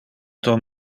tom